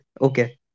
okay